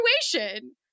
situation